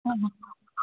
हां हां